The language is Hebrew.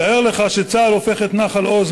תאר לך שצה"ל הופך את נחל-עוז,